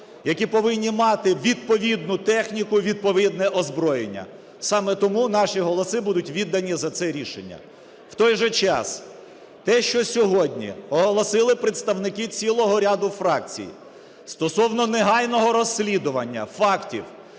які повинні мати відповідну техніку, відповідне озброєння. Саме тому наші голоси будуть віддані за це рішення. В той же час те, що сьогодні оголосили представники цілого ряду фракцій, стосовно негайного розслідування фактів